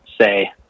say